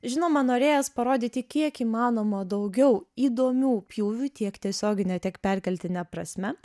žinoma norėjęs parodyti kiek įmanoma daugiau įdomių pjūvių tiek tiesiogine tiek perkeltine prasme